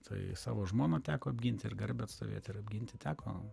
tai savo žmoną teko apginti ir garbę atstovėti ir apginti teko